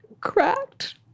cracked